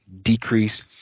decrease